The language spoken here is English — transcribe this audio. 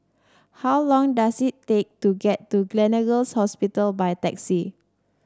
how long does it take to get to Gleneagles Hospital by taxi